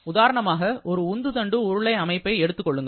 உதாரணமாக ஒரு உந்துதண்டு உருளை அமைப்பை எடுத்துக் கொள்ளுங்கள்